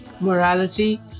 morality